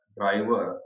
driver